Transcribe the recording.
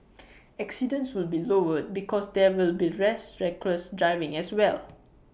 accidents would be lowered because there will be less reckless driving as well